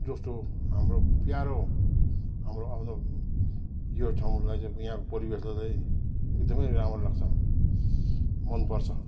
जस्तो हाम्रो प्यारो हाम्रो आउँदो यो ठाउँहरूलाई चाहिँ यहाँ परिवेशलाई चाहिँ एकदम राम्रो लाग्छ मन पर्छ